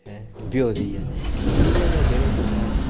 ऐं ब्होई दी ऐ इंया गै जेह्ड़े कुसै